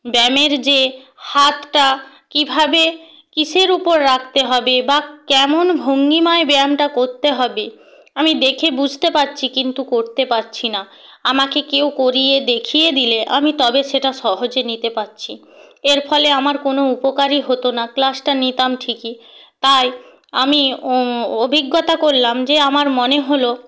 ব্যায়ামের যে হাতটা কীভাবে কীসের উপর রাখতে হবে বা কেমন ভঙ্গিমায় ব্যায়ামটা করতে হবে আমি দেখে বুঝতে পারছি কিন্তু করতে পারছি না আমাকে কেউ করিয়ে দেখিয়ে দিলে আমি তবে সেটা সহজে নিতে পাচ্ছি এর ফলে আমার কোনো উপকারই হতো না ক্লাসটা নিতাম ঠিকই তাই আমি ও অভিজ্ঞতা করলাম যে আমার মনে হলো